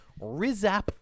rizap